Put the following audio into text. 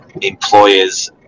employers